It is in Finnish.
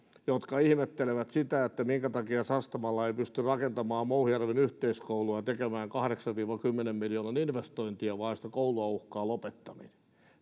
jotka ihmettelevät sitä minkä takia sastamala ei pysty rakentamaan mouhijärven yhteiskoulua tekemään kahdeksan viiva kymmenen miljoonan investointia vaan sitä koulua uhkaa lopettaminen